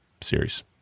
series